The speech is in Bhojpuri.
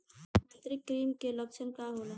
आंतरिक कृमि के लक्षण का होला?